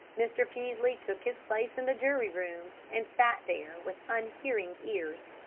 mr. peaslee took his place in the jury-room, and sat there with unhearing ears.